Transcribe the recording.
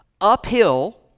uphill